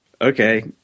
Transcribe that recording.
Okay